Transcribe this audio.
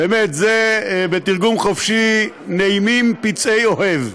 באמת, זה בתרגום חופשי: נעימים פצעי אוהב.